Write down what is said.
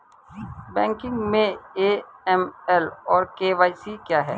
Banking में AML और KYC क्या हैं?